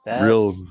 Real